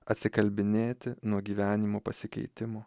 atsikalbinėti nuo gyvenimo pasikeitimų